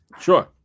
Sure